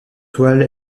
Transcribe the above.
toile